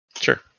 Sure